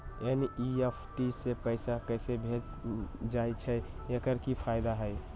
NEFT से पैसा कैसे भेजल जाइछइ? एकर की फायदा हई?